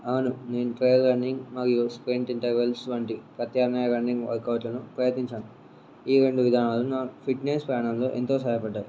అవును నేను trail running మరియు స్వింగ్ ఇంటర్వెల్స్ వంటి ప్రత్యామ్నాయ రన్నింగ్ వర్క్అవుట్లను ప్రయత్నించాను ఈ రెండు విధానాలు నా ఫిట్నెస్ ప్రయాణంలో ఎంతో సహాయపడినాయి